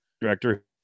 director